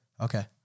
Okay